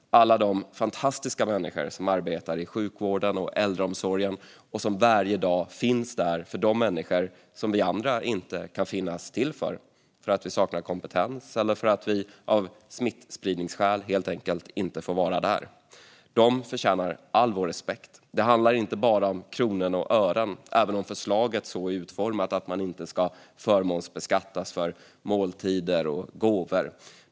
Det är alla de fantastiska människor som arbetar i sjukvården och äldreomsorgen och som varje dag finns där för de människor som vi andra inte kan finnas till för, för att vi saknar kompetens eller för att vi av smittspridningsskäl helt enkelt inte får vara där. De förtjänar all vår respekt. Det handlar inte bara om kronor och ören, även om förslaget är utformat så att man inte ska förmånsbeskattas för måltider och gåvor.